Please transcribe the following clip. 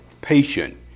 patient